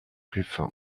ruf